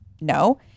No